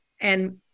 And-